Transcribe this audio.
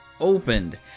opened